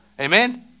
Amen